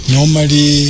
Normally